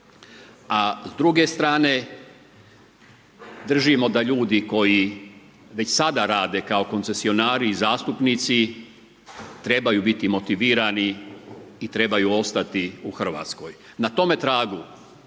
a s druge strane držimo da ljudi koji već sada rade kao koncesionari i zastupnici trebaju biti motivirani i trebaju ostati u Hrvatskoj. Na tome tragu